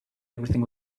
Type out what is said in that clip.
everything